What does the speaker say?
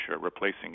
replacing